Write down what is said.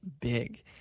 big